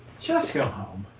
just go